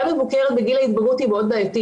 מבוקרת בגיל ההתבגרות היא מאוד בעייתית.